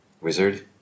Wizard